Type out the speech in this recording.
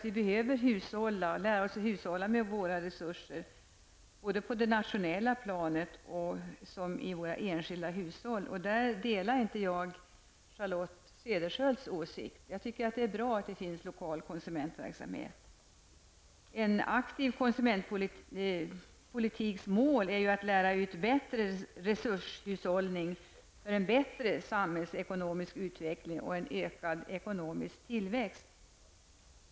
Vi behöver lära oss att hushålla med våra resurser, både på det nationella planet och i våra enskilda hushåll. Där delar jag inte Charlotte Cederschiölds åsikt. Jag tycker att det är bra att det finns lokal konsumentverksamhet. Målet för en aktiv konsumentpolitik är att lära ut bättre resurshushållning för en bättre samhällsekonomisk utveckling och en ökad ekonomisk tillväxt.